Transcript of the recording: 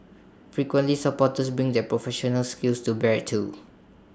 frequently supporters bring their professional skills to bear too